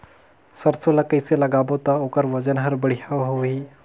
सरसो ला कइसे लगाबो ता ओकर ओजन हर बेडिया होही?